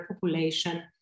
population